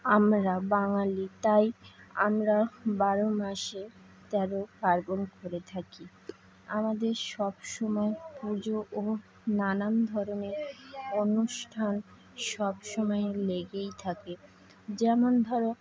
আমরা বাঙালি তাই আমরা বারো মাসে তেরো পার্বণ করে থাকি আমাদের সব সময় পুজো ও নানান ধরনের অনুষ্ঠান সব সময় লেগেই থাকে যেমন ধরো